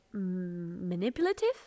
manipulative